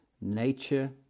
nature